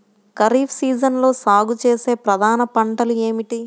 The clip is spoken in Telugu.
ఖరీఫ్ సీజన్లో సాగుచేసే ప్రధాన పంటలు ఏమిటీ?